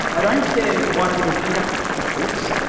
i don't care why people pick up cookbooks,